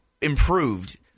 improved